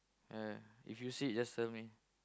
ya if you see it just tell me